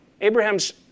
Abraham's